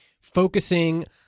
focusing